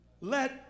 let